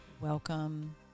Welcome